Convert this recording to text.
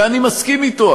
ואני מסכים אתו,